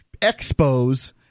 Expos